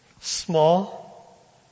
Small